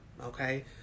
okay